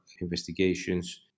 investigations